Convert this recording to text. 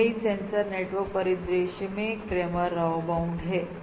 और यही sensor network परिदृश्य में क्रैमर राव बाउंड है